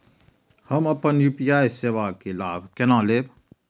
हम अपन यू.पी.आई सेवा के लाभ केना लैब?